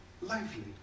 lively